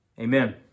Amen